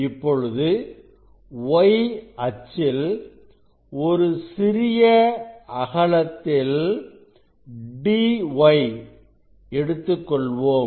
இப்பொழுது y அச்சில் ஒரு சிறிய அகலத்தில் dy எடுத்துக்கொள்வோம்